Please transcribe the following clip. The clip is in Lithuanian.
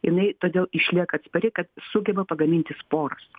jinai todėl išlieka atspari kad sugeba pagaminti sporas